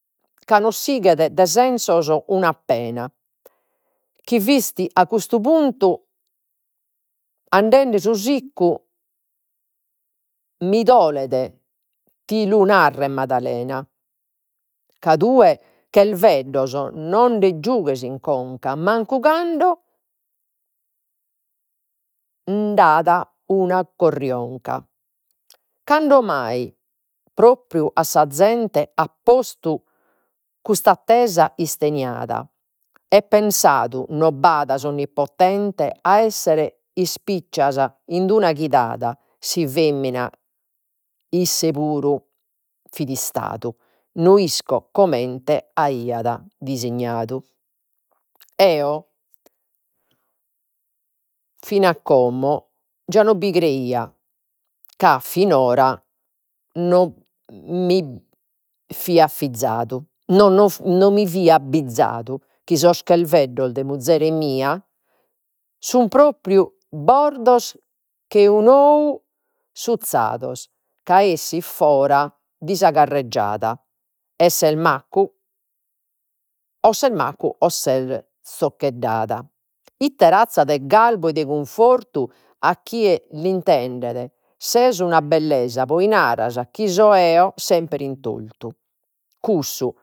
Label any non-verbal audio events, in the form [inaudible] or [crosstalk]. Ca no sighet de sensos una appena, chi fis a cussu puntu andende su siccu, mi dolet ti lu narrer Madalena. Ca tue cherveddos nonde giughes in conca, mancu cantu [hesitation] nd'at una corrionca. Cando mai propriu a sa zente a postu cussa attesa isteniada, e pensadu non b'at s'Onnipotente e issere ispiccias in una chidada, si femina isse puru fit istadu, no isco comente aiat dissignadu. Eo [hesitation] como già no bi creia, ca finora no [hesitation] mi fio [unintelligible] no mi fio abbizzadu chi sos cherveddos de muzzere mia sun propriu [unintelligible] che un'ou suzzados ca bessit fora dai sa carreggiada o ses maccu o ses maccu o ses [hesitation] zoccheddada. Ite razza de garbu e de cunfortu chi a l'intendere ses una bellesa, poi naras chi so eo sempre in tortu cussu